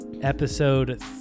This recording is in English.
Episode